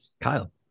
Kyle